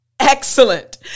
Excellent